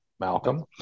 Malcolm